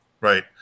right